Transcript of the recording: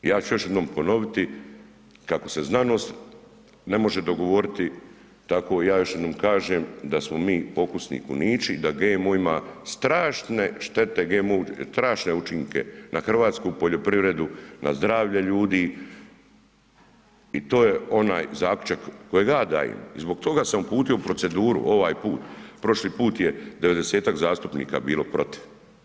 Ja ću još jednom ponoviti, kako se znanost ne može dogovoriti, tako ja još jednom kažem da smo mi pokusni kunići, da GMO ima strašne štete, strašne učinke na hrvatsku poljoprivredu, na zdravlje ljudi i to je onaj zaključak kojeg ja dajem i zbog toga sam uputio u proceduru ovaj put, prošli put je 90-tak zastupnika bilo protiv.